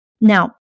Now